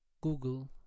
Google